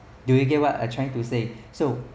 do you get what I trying to say so